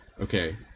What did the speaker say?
okay